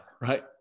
Right